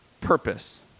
purpose